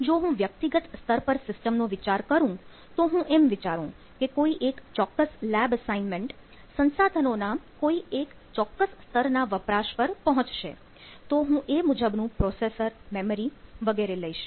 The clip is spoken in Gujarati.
જો હું વ્યક્તિગત સ્તર પર સિસ્ટમ નો વિચાર કરું તો હું એમ વિચારું કે કોઈ એક ચોક્કસ લેબ અસાઈનમેન્ટ સંસાધનોના કોઈ એક ચોક્કસ સ્તર ના વપરાશ પર પહોંચશે તો હું એ મુજબનું પ્રોસેસર મેમરી વગેરે લઈશ